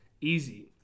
Easy